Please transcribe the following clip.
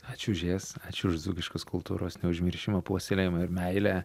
ačiū už jas ačiū už dzūkiškos kultūros neužmiršimą puoselėjimą ir meilę